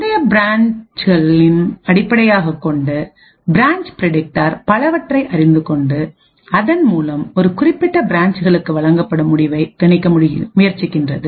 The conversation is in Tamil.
முந்தைய பிரான்சிகளை அடிப்படையாகக் கொண்டு பிரான்ச் பிரடிக்டார் பலவற்றை அறிந்து கொண்டு அதன் மூலம் ஒரு குறிப்பிட்ட பிரான்ச்களுக்கு வழங்கப்படும் முடிவைக் கணிக்க முயற்சிக்கின்றது